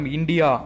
India